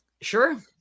sure